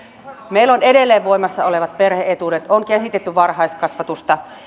meillä on edelleen voimassa olevat perhe etuudet on kehitetty varhaiskasvatusta